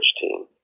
Team